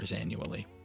annually